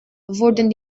wurden